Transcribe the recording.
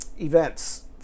events